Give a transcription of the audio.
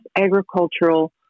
agricultural